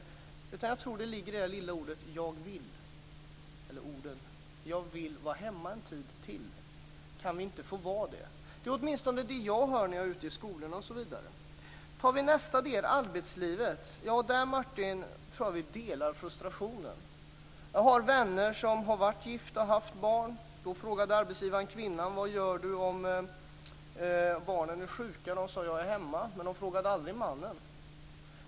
I stället tror jag att det ligger i följande ord: Jag vill vara hemma en tid till. Kan vi inte få vara det? Det är åtminstone vad jag hör exempelvis när jag är ute i skolorna. Sedan har vi nästa del, arbetslivet. Där tror jag att vi båda känner frustration. Jag har vänner som varit gifta och som haft barn. Då frågade arbetsgivaren kvinnan: Vad gör du om barnen är sjuka? Svaret blev: Jag är hemma. Man frågade dock aldrig mannen.